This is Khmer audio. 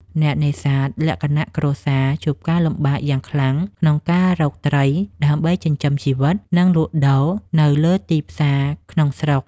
អ្នកនេសាទលក្ខណៈគ្រួសារជួបការលំបាកយ៉ាងខ្លាំងក្នុងការរកត្រី ដើម្បីចិញ្ចឹមជីវិត និងលក់ដូរនៅលើទីផ្សារក្នុងស្រុក។